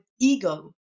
ego